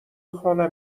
خانه